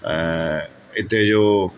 ऐं हिते जो